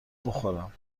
بخورم